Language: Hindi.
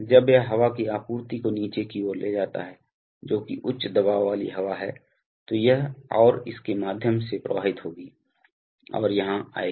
जब यह हवा की आपूर्ति को नीचे की ओर ले जाता है जो कि उच्च दबाव वाली हवा है तो यह और इसके माध्यम से प्रवाहित होगी और यहां आएगी